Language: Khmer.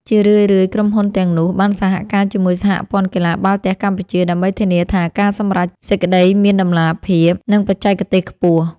ជារឿយៗ ក្រុមហ៊ុនទាំងនោះបានសហការជាមួយសហព័ន្ធកីឡាបាល់ទះកម្ពុជា ដើម្បីធានាថាការសម្រេចសេចក្ដីមានតម្លាភាព និងបច្ចេកទេសខ្ពស់។